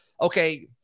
okay